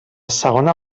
segona